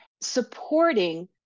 Supporting